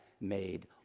made